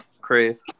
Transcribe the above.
Crave